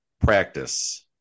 practice